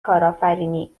کارآفرینی